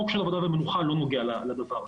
חוק של עבודה ומנוחה לא נוגע לדבר הזה.